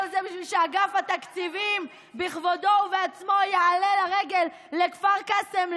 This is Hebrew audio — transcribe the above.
בשביל שאגף התקציבים בכבודו ובעצמו יעלה לרגל לכפר קאסם,